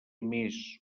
més